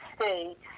States